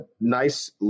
nice